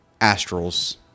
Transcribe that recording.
astrals